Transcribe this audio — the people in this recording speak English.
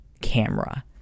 camera